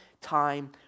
time